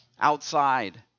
outside